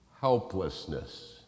helplessness